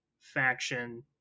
faction